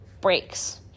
breaks